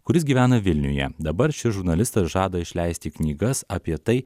kuris gyvena vilniuje dabar šis žurnalistas žada išleisti knygas apie tai